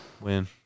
Win